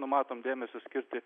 numatom dėmesio skirti